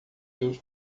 seus